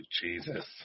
Jesus